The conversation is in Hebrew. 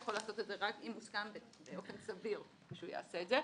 יכול לעשות את זה רק אם מוסכם באופן סביר שהוא יעשה את זה.